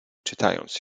czytając